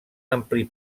ampli